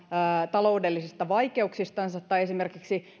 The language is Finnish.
taloudellisista vaikeuksistansa tai esimerkiksi